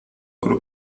creo